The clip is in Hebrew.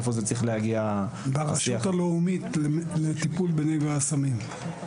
ברשות הלאומית לטיפול בנגע הסמים.